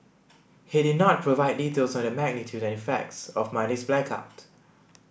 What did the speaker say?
he did not provide details on the magnitude and effects of Monday's blackout